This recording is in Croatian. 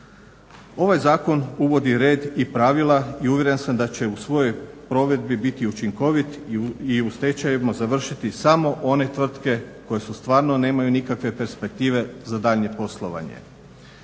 Ovaj zakon uvodi red i pravila i uvjeren sam da će u svojoj provedbi biti učinkovit i u stečajevima završiti samo one tvrtke koje stvarno nemaju nikakve perspektive za daljnje poslovanje.